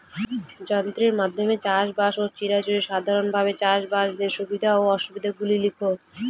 যন্ত্রের মাধ্যমে চাষাবাদ ও চিরাচরিত সাধারণভাবে চাষাবাদের সুবিধা ও অসুবিধা গুলি লেখ?